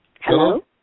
Hello